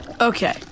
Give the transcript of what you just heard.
Okay